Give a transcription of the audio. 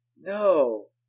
No